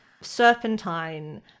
Serpentine